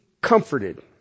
comforted